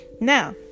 Now